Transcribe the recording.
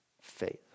faith